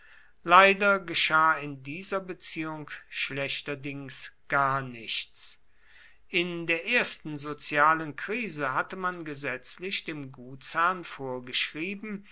leider geschah in dieser beziehung schlechterdings gar nichts in der ersten sozialen krise hatte man gesetzlich dem gutsherrn vorgeschrieben